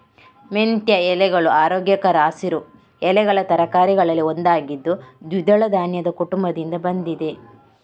ಮೆಂತ್ಯ ಎಲೆಗಳು ಆರೋಗ್ಯಕರ ಹಸಿರು ಎಲೆಗಳ ತರಕಾರಿಗಳಲ್ಲಿ ಒಂದಾಗಿದ್ದು ದ್ವಿದಳ ಧಾನ್ಯದ ಕುಟುಂಬದಿಂದ ಬಂದಿದೆ